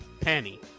Penny